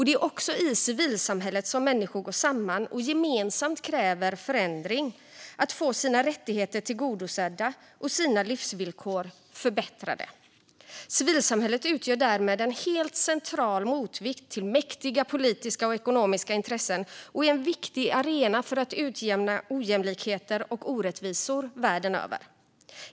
Det är också i civilsamhället som människor går samman och gemensamt kräver förändring - kräver att få sina rättigheter tillgodosedda och sina livsvillkor förbättrade. Civilsamhället utgör därmed en helt central motvikt till mäktiga politiska och ekonomiska intressen och är en viktig arena för att utjämna ojämlikheter och orättvisor världen över.